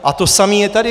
A to samé je tady.